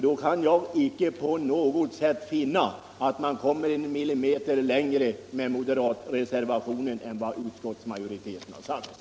Då kan jag inte på något sätt finna att man kommer en millimeter längre med moderatreservationen än med utskottsmajoritetens uttalande.